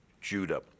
judah